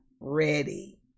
ready